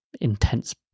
intense